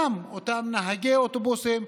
אותם נהגי אוטובוסים,